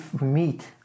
meet